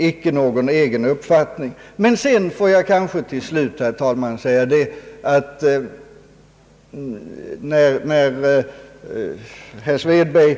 Sedan vill jag till slut, herr talman, bemöta herr Svedberg.